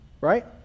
Right